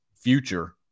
future